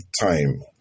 time